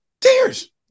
Tears